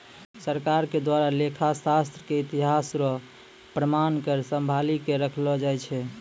सरकार के द्वारा लेखा शास्त्र के इतिहास रो प्रमाण क सम्भाली क रखलो जाय छै